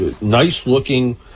nice-looking